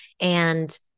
And-